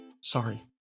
sorry